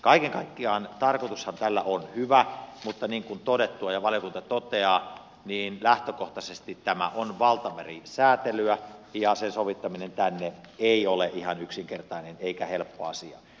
kaiken kaikkiaan tarkoitushan tällä on hyvä mutta niin kuin todettua ja valiokunta toteaa lähtökohtaisesti tämä on valtamerisäätelyä ja sen sovittaminen tänne ei ole ihan yksinkertainen eikä helppo asia